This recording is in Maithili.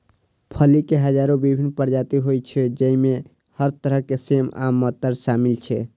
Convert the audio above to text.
फली के हजारो विभिन्न प्रजाति होइ छै, जइमे हर तरह के सेम आ मटर शामिल छै